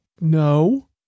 No